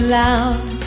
loud